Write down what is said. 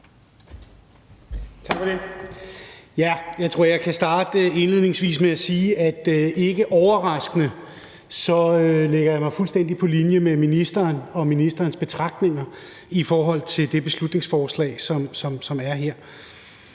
starte med at sige, at jeg ikke overraskende lægger mig fuldstændig på linje med ministeren og ministerens betragtninger i forhold til det beslutningsforslag, som ligger her.